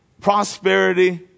prosperity